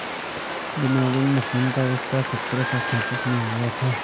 winnowing machine का आविष्कार सत्रह सौ सैंतीस में हुआ था